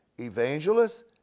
evangelists